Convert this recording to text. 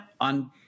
on